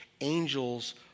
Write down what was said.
angels